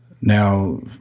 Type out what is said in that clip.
Now